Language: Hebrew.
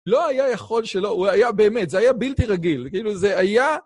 לא היה יכול שלא, הוא היה באמת, זה היה בלתי רגיל, כאילו זה היה...